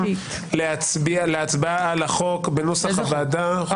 להצביע להצבעה על החוק בנוסח הוועדה.